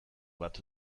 bat